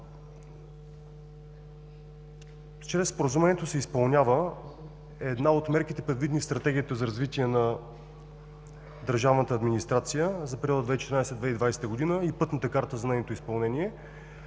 Чрез Споразумението се изпълнява една от мерките, предвидени в Стратегията за развитие на държавната администрация за периода 2014 – 2020 г., и Пътната карта за нейното изпълнение,